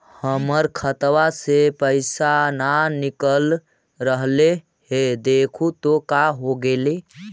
हमर खतवा से पैसा न निकल रहले हे देखु तो का होगेले?